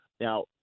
now